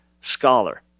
scholar